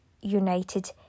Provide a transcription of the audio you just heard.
united